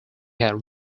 had